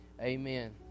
amen